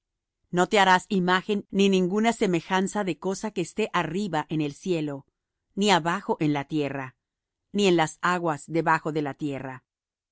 no te harás imagen ni ninguna semejanza de cosa que esté arriba en el cielo ni abajo en la tierra ni en las aguas debajo de la tierra